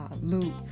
Luke